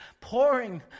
pouring